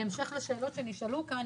בהמשך לשאלות שנשאלו כאן,